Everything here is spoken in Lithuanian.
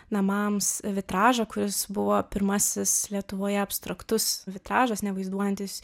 namams vitražą kuris buvo pirmasis lietuvoje abstraktus vitražas nevaizduojantis